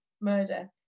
murder